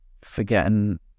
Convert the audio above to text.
forgetting